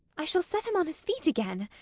i shall set him on his feet again.